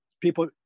people